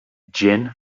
gin